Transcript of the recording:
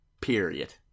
Period